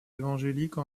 évangélique